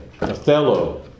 Othello